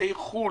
מלומדי חו"ל